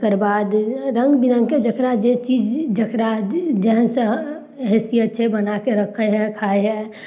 तकर बाद रङ्ग बिरङ्गके जेहन जे चीज जकरा जेहनसँ हैसियत छै बनाकऽ रखय हइ खाइ हइ